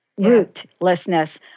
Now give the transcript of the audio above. rootlessness